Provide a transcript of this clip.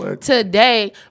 today